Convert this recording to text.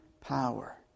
power